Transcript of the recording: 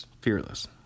Fearless